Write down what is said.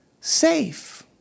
safe